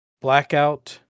Blackout